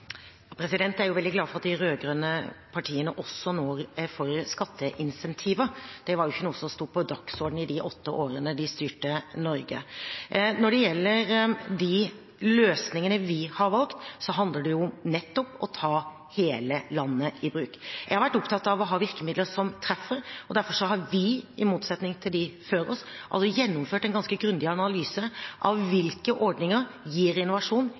Jeg er veldig glad for at de rød-grønne partiene nå også er for skatteincentiver. Det var ikke noe som sto på dagsordenen i de åtte årene de styrte Norge. Når det gjelder de løsningene vi har valgt, handler det om nettopp å ta hele landet i bruk. Jeg har vært opptatt av å ha virkemidler som treffer. Derfor har vi – i motsetning til dem før oss – gjennomført en ganske grundig analyse av hvilke ordninger som gir innovasjon,